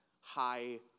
high